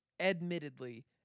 Admittedly